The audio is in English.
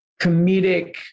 comedic